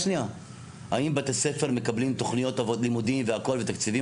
האם בתי ספר מקבלים תוכניות לימודים ותקציבים